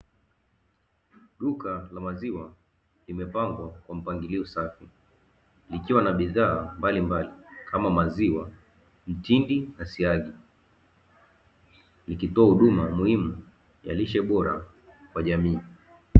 Duka la maziwa limepangwa kwa mpangilio safi likiwa na bidhaa kama maziwa, mtindi na siagi likitoa huduma muhimu kwa lishe bora kwa jamii